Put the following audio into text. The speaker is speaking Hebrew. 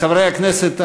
חברי הכנסת,